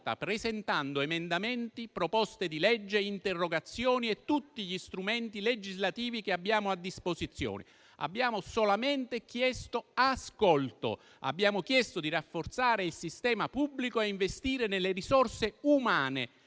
presentando emendamenti, proposte di legge, interrogazioni e tutti gli strumenti che abbiamo a disposizione in Parlamento. Abbiamo solamente chiesto ascolto, abbiamo chiesto di rafforzare il sistema pubblico e investire nelle risorse umane